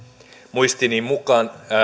muistini mukaan